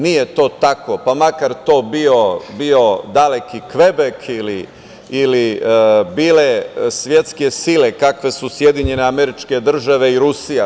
Nije to tako, pa makar to bio daleki Kvebek ili bile svetske sile kakve su SAD i Rusija.